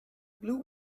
blue